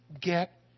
get